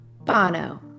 Bono